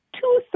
Two